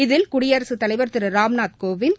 இதில் குடியரசுத் தலைவர் திரு ராம்நாத் கோவிந்த்